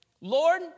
Lord